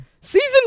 Season